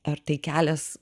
ar tai kelias